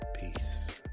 Peace